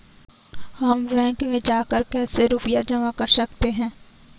हम बैंक में जाकर कैसे रुपया जमा कर सकते हैं?